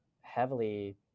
heavily